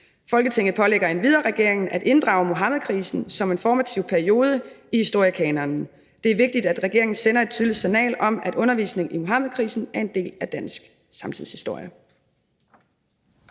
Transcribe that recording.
Folketinget pålægger endvidere regeringen at inddrage Muhammedkrisen som en formativ periode i historiekanonen. Det er vigtigt, at regeringen sender et tydeligt signal om, at undervisning i Muhammedkrisen er en del af dansk samtidshistorie.